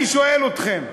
אני שואל אתכם,